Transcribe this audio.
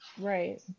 Right